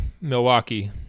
milwaukee